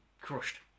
crushed